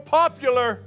popular